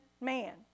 man